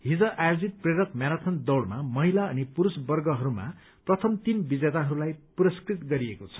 हिज आयोजित प्रेरक म्याराथन दौड़मा महिला अनि पुरूष वर्गहरूमा प्रथम तीन विजेताहरूलाई पुरस्कृत गरिएको छ